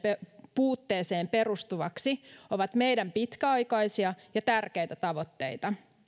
puutteeseen perustuvaksi ovat meidän pitkäaikaisia ja tärkeitä tavoitteitamme minä